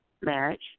Marriage